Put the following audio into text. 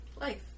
Life